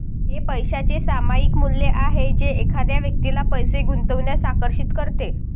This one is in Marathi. हे पैशाचे सामायिक मूल्य आहे जे एखाद्या व्यक्तीला पैसे गुंतवण्यास आकर्षित करते